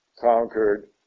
conquered